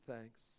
thanks